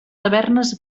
tavernes